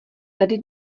tady